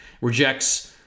rejects